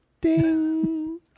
ding